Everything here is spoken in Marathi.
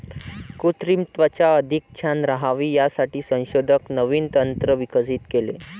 कृत्रिम त्वचा अधिक छान राहावी यासाठी संशोधक नवीन तंत्र विकसित केले आहे